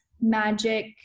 magic